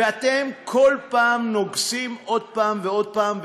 ואתם כל פעם נוגסים עוד פעם ועוד פעם,